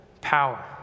power